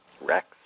rex